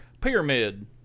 pyramid